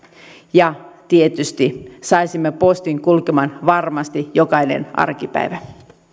ja tietysti saisimme postin kulkemaan varmasti jokainen arkipäivä